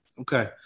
okay